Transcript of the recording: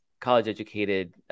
college-educated